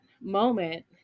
moment